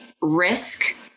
risk